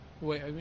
Wait